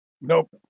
Nope